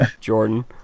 Jordan